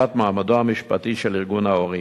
שאלת מעמדו המשפטי של ארגון ההורים.